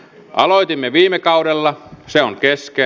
aloitimme viime kaudella se on kesken